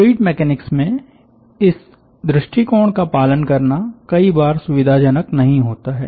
fluid mechanics में इस दृष्टिकोण का पालन करना कई बार सुविधाजनक नहीं होता है